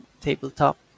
tabletop